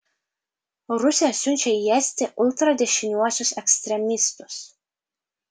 rusija siunčia į estiją ultradešiniuosius ekstremistus